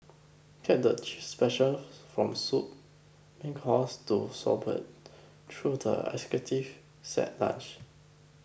get the specials from soup main course to sorbets through the executive set lunch